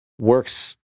works